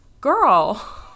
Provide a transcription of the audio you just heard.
girl